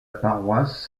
paroisse